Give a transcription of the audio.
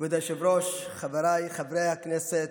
כבוד היושב-ראש, חבריי חברי הכנסת.